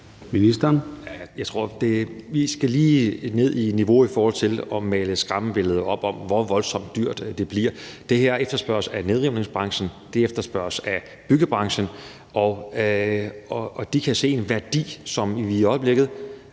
Heunicke): Jeg tror, vi lige skal ned i niveau i forhold til at male skræmmebilleder op om, hvor voldsomt dyrt det bliver. Det her efterspørges af nedrivningsbranchen, og det efterspørges af byggebranchen, og de kan se en værdi i det, som vi i øjeblikket